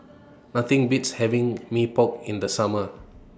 Nothing Beats having Mee Pok in The Summer